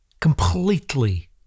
completely